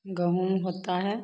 गेहूँ होता है